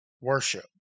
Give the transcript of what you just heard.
worship